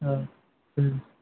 অঁ